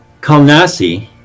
Kalnasi